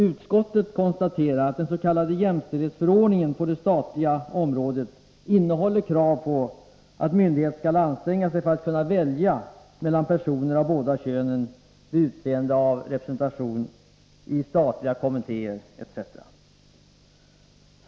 Utskottet konstaterar att den s.k. jämställdhetsförordningen på det statliga området innehåller krav på att myndighet skall anstränga sig för att kunna välja mellan personer av båda könen vid utseende av representation i statliga kommittéer etc.